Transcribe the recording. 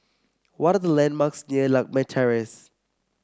what are the landmarks near Lakme Terrace